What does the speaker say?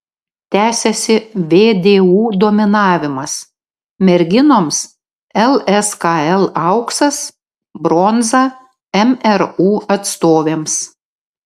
tęsiasi vdu dominavimas merginoms lskl auksas bronza mru atstovėms